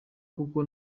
kuko